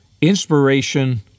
Inspiration